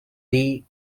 dir